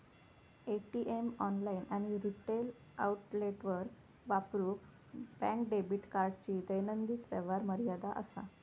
ATM, online आणि retail आउटलेटवर वापरूक बँक डेबिट कार्डची दैनिक व्यवहार मर्यादा असा